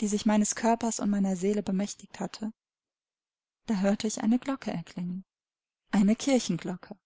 die sich meines körpers und meiner seele bemächtigt hatte da hörte ich eine glocke erklingen eine kirchenglocke